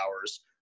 hours